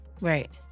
Right